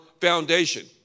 foundation